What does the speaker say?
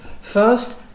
First